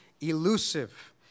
elusive